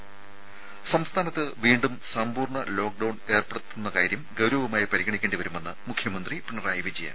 ത സംസ്ഥാനത്ത് വീണ്ടും സമ്പൂർണ്ണ ലോക്ഡൌൺ ഏർപ്പെടുത്തുന്ന കാര്യം ഗൌരവമായി പരിഗണിക്കേണ്ടിവരുമെന്ന് മുഖ്യമന്ത്രി പിണറായി വിജയൻ